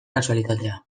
kasualitatea